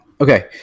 okay